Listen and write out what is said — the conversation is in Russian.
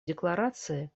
декларации